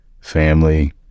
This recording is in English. family